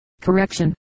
correction